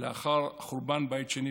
לאחר חורבן בית שני,